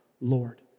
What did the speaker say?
Lord